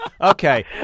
Okay